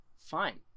fine